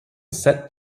set